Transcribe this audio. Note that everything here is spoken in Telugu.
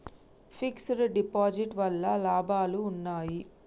ఫిక్స్ డ్ డిపాజిట్ వల్ల లాభాలు ఉన్నాయి?